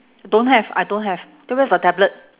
don't have I don't have then where's the tablet